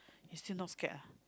you still not scared ah